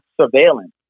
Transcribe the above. surveillance